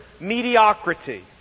mediocrity